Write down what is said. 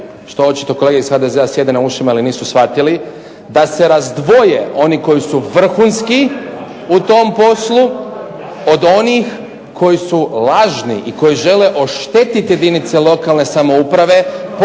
što očito kolege iz HDZ-a sjede na ušima ili nisu shvatili da se razdvoje oni koji su vrhunski u tom poslu od onih koji su lažni i koji žele oštetiti jedinice lokalne samouprave kao